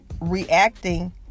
reacting